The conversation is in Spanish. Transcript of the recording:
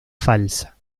falsa